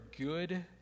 good